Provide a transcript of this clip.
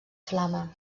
flama